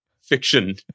fiction